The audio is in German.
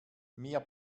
mir